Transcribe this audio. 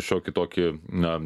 šiokį tokį na